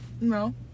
no